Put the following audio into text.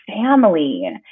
family